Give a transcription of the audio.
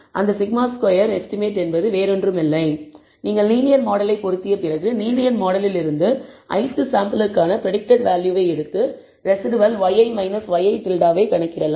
அந்த σ2 எஸ்டிமேட் என்பது வேறொன்றுமில்லை நீங்கள் லீனியர் மாடலை பொருத்திய பிறகு லீனியர் மாடலில் இருந்து ith சாம்பிளுக்கான பிரடிக்டட் வேல்யூவை எடுத்து ரெஸிடுவல் yi ŷi ஐ கணக்கிடலாம்